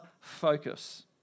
focus